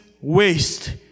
waste